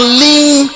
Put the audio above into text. lean